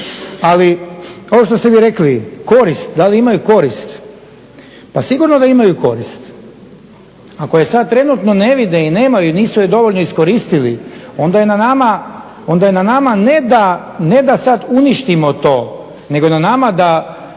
Ali ovo što ste vi rekli, korist, da li imaju korist. Pa sigurno da imaju korist. Ako je sada trenutno ne vide i nemaju, nisu je dovoljno iskoristili onda je na nama, ne da, ne da sada uništimo to nego je na nama da